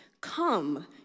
Come